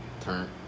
Turn